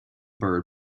byrd